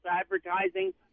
advertising